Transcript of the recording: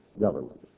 government